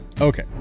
Okay